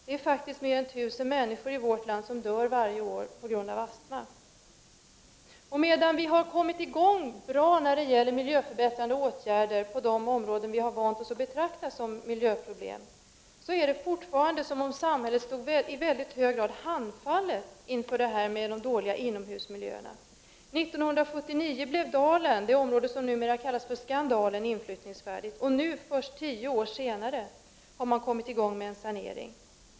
Mer än 1000 människor i vårt land dör varje år på grund av astma. Medan vi har kommit i gång bra med miljöförbättrande åtgärder på de områden som vi har vant oss vid att betrakta som miljöfarliga, är det fortfarande som om samhället i mycket hög grad stod handfallet inför de dåliga inomhusmiljöerna. 1979 blev Dalen, det område som numera kallas för Skandalen, inflyttningsfärdigt. Nu, först tio år senare, har man kommit i gång med en sanering.